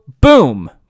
boom